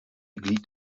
glied